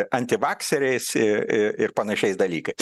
antivakseriais ir ir ir panašiais dalykais